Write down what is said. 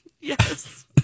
Yes